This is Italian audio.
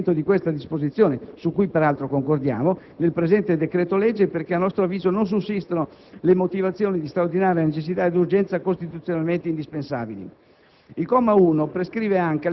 Non riteniamo giustificato l'inserimento di questa disposizione, su cui peraltro concordiamo, nel presente decreto-legge, perché a nostro avviso non sussistono le motivazioni di straordinaria necessità ed urgenza costituzionalmente indispensabili.